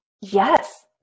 yes